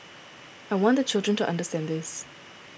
I want the children to understand this